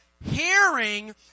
Hearing